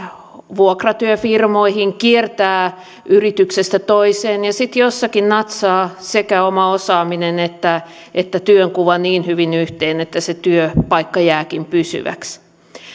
vuokratyöfirmoihin kiertävät yrityksestä toiseen ja sitten jossakin natsaa sekä oma osaaminen että että työnkuva niin hyvin yhteen että se työpaikka jääkin pysyväksi